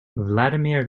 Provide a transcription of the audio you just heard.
vladimir